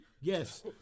Yes